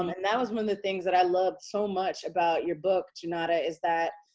um and that was one of the things that i loved so much about your book, junauda, is that,